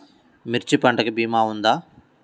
మిర్చి పంటకి భీమా ఉందా?